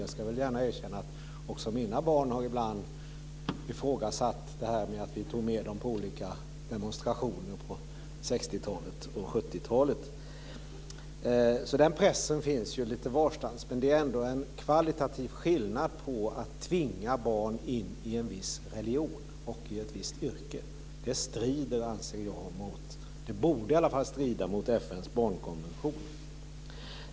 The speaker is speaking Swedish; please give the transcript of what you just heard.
Jag ska erkänna att även mina barn ibland har ifrågasatt att vi tog med dem på olika demonstrationer under 60-talet och 70 talet. Så den pressen finns ju lite varstans. Men det är ändå en kvalitativ skillnad på att tvinga barn in i en viss religion och in i ett visst yrke. Jag anser att det i alla fall borde strida mot FN:s barnkonvention.